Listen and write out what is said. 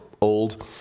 old